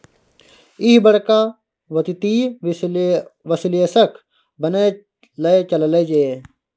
ईह बड़का वित्तीय विश्लेषक बनय लए चललै ये